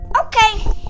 okay